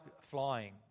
flying